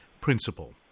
principle